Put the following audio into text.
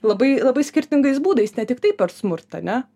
labai labai skirtingais būdais ne tiktai per smurtą ne